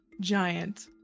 giant